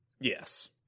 Yes